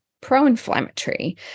pro-inflammatory